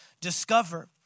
discover